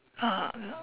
uh the